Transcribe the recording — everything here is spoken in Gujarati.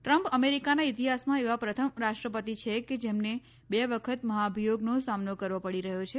ટ્રમ્પ અમેરિકાના ઇતિહાસમાં એવા પ્રથમ રાષ્ટ્રપતિ છે કે જેમને બે વખત મહાભિયોગનો સામનો કરવો પડી રહ્યો છે